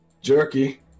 Jerky